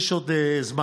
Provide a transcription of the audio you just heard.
יש עוד זמן,